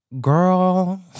girl